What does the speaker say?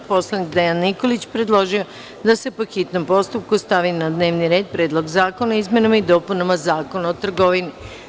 Narodni poslanik Dejan Nikolić predložio je da se, po hitnom postupku, stavi na dnevni red Predlog zakona o izmenama i dopunama Zakona o trgovini.